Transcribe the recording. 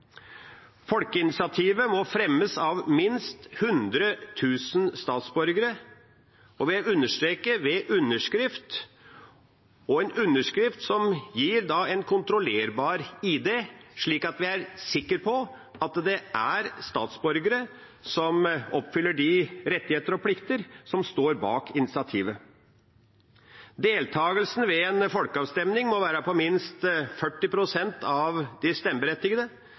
Folkeinitiativet må fremmes av minst hundre tusen statsborgere – jeg understreker ved underskrift, en underskrift som gir en kontrollerbar ID, slik at vi er sikre på at det er statsborgere som oppfyller rettigheter og plikter som står bak initiativet. Deltakelsen ved en folkeavstemning må være på minst 40 pst. av de stemmeberettigede.